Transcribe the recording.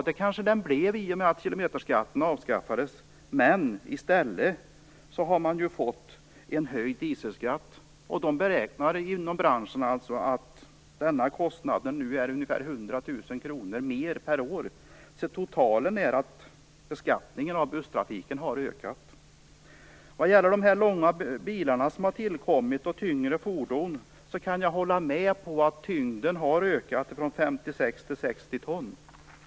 Den kanske den blev i och med att kilometerskatten avskaffades. Men i stället har man fått en höjd dieselskatt. Man beräknar inom branschen att denna kostnad nu är ca 100 000 kr mer per år. Totalt sett har beskattningen av busstrafiken ökat. Vad gäller de långa bilar och tyngre fordon som har tillkommit kan jag hålla med om att tyngden har ökat från 56 ton till 60 ton.